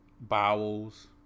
bowels